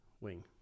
wing